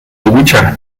ducha